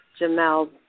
Jamel